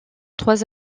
trois